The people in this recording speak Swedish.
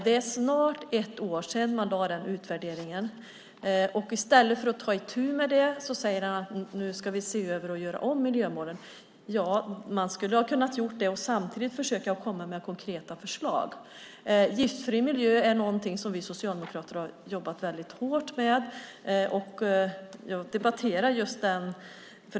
Det är snart ett år sedan man lade fram den utvärderingen. I stället för att ta itu med det säger man att vi nu ska se över och göra om miljömålen. Man skulle ha kunnat göra det och samtidigt kommit med konkreta förslag. Giftfri miljö är någonting som vi socialdemokrater har jobbat väldigt hårt med. Jag debatterade just den frågan.